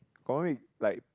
got one week like